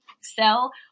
sell